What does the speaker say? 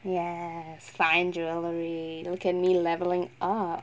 yes fine jewellery look at me levelling up